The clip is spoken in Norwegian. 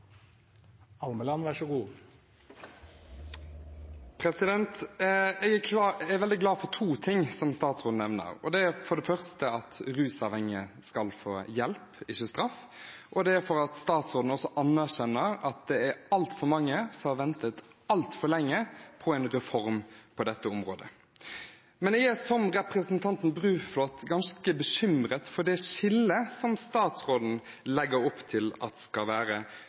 Jeg er veldig glad for to ting som statsråden nevner, for det første at rusavhengige skal få hjelp, ikke straff, og for det andre at statsråden også anerkjenner at det er altfor mange som har ventet altfor lenge på en reform på dette området. Men jeg er som representanten Bruflot ganske bekymret for det skillet som statsråden legger opp til skal være, og jeg blir bekymret når jeg hører at man egentlig vil utrede hvordan man skal